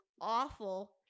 awful